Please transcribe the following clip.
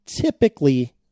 typically